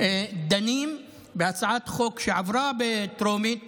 דנים בהצעת חוק שעברה בטרומית